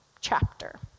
chapter